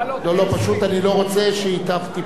תיפול איזו טעות.